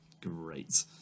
Great